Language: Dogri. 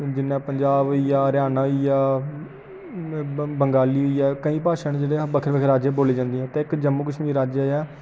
जि'यां पंजाब होई गेआ हरियाना होई गेआ बंगाल होई गेआ केईं भाशां न जेहड़ियां बक्ख बक्ख राज्य च बोल्लियां जंदियां न ते इक जम्मू कश्मीर राज्य ऐ